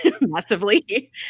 massively